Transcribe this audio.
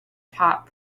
top